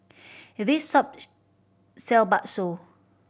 this shop sell bakso